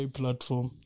platform